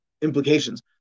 implications